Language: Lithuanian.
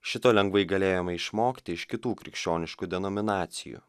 šito lengvai galėjome išmokti iš kitų krikščioniškų denominacijų